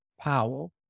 Powell